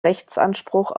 rechtsanspruch